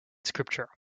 scripture